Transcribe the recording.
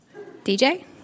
DJ